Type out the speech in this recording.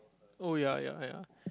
oh ya ya ya